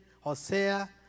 Hosea